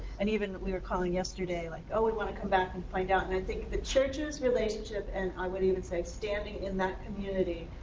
and even we were calling yesterday like, oh, we wanna come back and find out. and i think the church's relationship, and i would even say standing in that community,